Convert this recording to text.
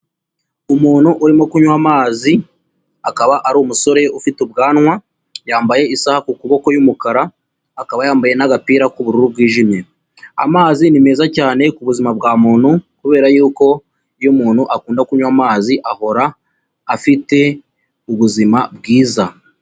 Umuntu urimo kunywa amazi akaba ari umusore ufite ubwanwa, yambaye isaha ku kuboko y'umukara, akaba yambaye n'agapira k'ubururu bwijimye. Amazi ni meza cyane ku buzima bwa muntu kubera yuko iyo umuntu akunda kunywa amazi ahora afite ubuzima bwiza.